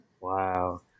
Wow